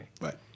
Right